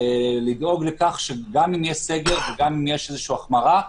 ולדאוג לכך שגם אם יש סגר וגם אם יש איזושהי החמרה,